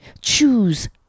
Choose